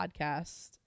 podcast